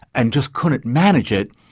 and just couldn't manage it,